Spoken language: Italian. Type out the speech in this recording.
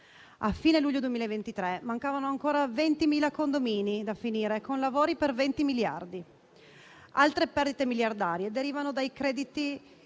A fine luglio 2023 mancavano ancora 20.000 condomini da finire, con lavori per 20 miliardi. Altre perdite miliardarie derivano dai crediti